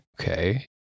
Okay